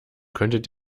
könntet